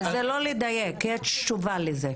זה לא לדייק כי יש תשובה לזה.